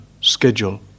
schedule